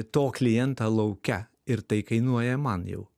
to klientą lauke ir tai kainuoja man jau